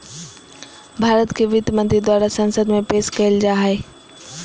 भारत के वित्त मंत्री द्वारा संसद में पेश कइल जा हइ